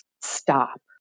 stop